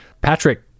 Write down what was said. Patrick